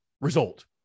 result